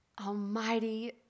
almighty